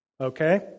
Okay